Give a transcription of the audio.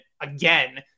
again